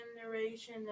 generation